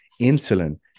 insulin